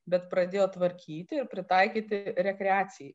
bet pradėjo tvarkyti ir pritaikyti rekreacijai